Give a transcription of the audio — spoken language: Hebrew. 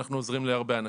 אנחנו עוזרים להרבה אנשים".